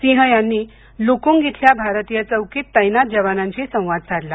सिंह यांनी लुकूंग इथल्या भारतीय चौकीत तैनात जवानांशी संवाद साधला